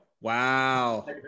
Wow